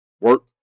work